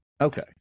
okay